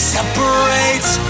Separates